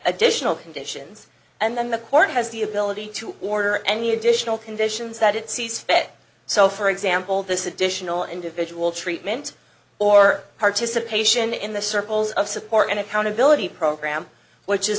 additional conditions and the court has the ability to order any additional conditions that it sees fit so for example this additional individual treatment or participation in the circles of support and accountability program which is